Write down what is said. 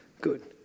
Good